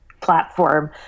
platform